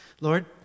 Lord